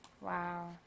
Wow